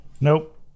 Nope